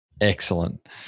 Excellent